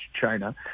China